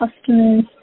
customers